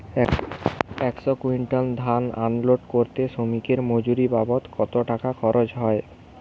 একশো কুইন্টাল ধান আনলোড করতে শ্রমিকের মজুরি বাবদ কত টাকা খরচ হয়?